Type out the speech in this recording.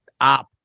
up